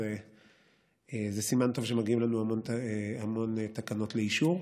אז זה סימן טוב שמגיעות אלינו לנו המון תקנות לאישור.